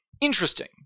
interesting